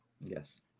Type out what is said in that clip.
Yes